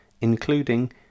including